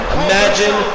imagine